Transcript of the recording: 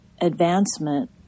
Advancement